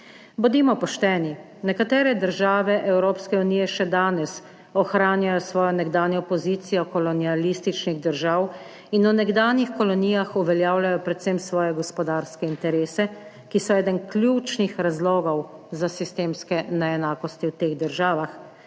Bodimo pošteni. Nekatere države Evropske unije še danes ohranjajo svojo nekdanjo pozicijo kolonialističnih držav in v nekdanjih kolonijah uveljavljajo predvsem svoje gospodarske interese, ki so eden ključnih razlogov za sistemske neenakosti v teh državah.